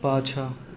पाछाँ